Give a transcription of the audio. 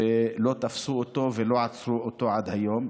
לא תפסו אותו ולא עצרו אותו עד היום.